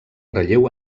relleu